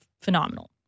phenomenal